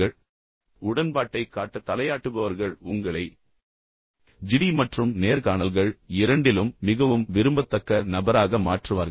மேலும் உடன்பாட்டைக் காட்ட தலையாட்டுபவர்கள் உங்களை ஜிடி மற்றும் நேர்காணல்கள் இரண்டிலும் மிகவும் விரும்பத்தக்க நபராக மாற்றுவார்கள்